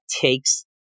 takes